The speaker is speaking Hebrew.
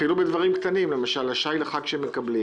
אפילו בדברים קטנים, למשל השי לחג שהם מקבלים